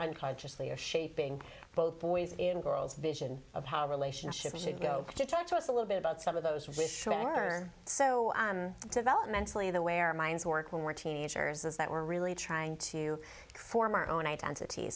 unconsciously are shaping both boys and girls vision of how a relationship should go to talk to us a little bit about some of those who are so developmentally the where minds work when we're teenagers is that we're really trying to form our own identit